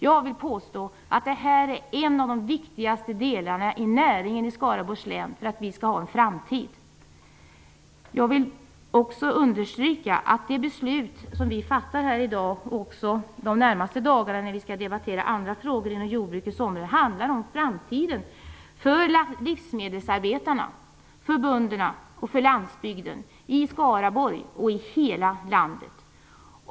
Jag vill påstå att det här är en av de viktigaste näringsgrenarna i Skaraborgs län för att vi där skall ha en framtid. Jag vill också understryka att det beslut som vi kommer att fatta i dag och under de närmaste dagarna när vi skall debattera andra frågor på jordbrukets område handlar om framtiden för livsmedelsarbetarna, för bönderna och för landsbygden i Skaraborgs län och i hela landet.